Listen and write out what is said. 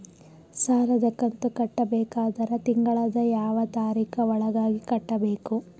ಸಾಲದ ಕಂತು ಕಟ್ಟಬೇಕಾದರ ತಿಂಗಳದ ಯಾವ ತಾರೀಖ ಒಳಗಾಗಿ ಕಟ್ಟಬೇಕು?